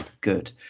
Good